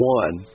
one